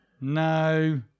No